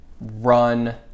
run